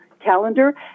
calendar